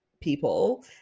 people